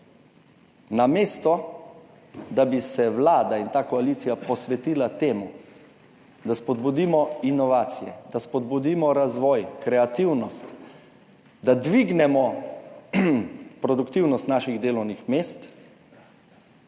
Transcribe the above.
namesto da bi se Vlada in ta koalicija posvetila temu, da spodbudimo inovacije, da spodbudimo razvoj, kreativnost, da dvignemo produktivnost naših delovnih mest,